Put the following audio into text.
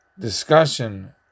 discussion